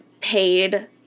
paid